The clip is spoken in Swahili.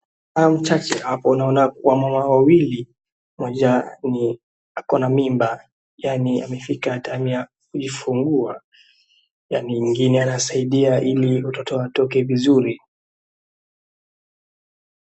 Hapo naona wamama wawili, mmoja ako na mimba yaani amefika atamu ya kujifungua na mwingine anasaidia ili mtoto atoke vizuri.